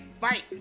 fight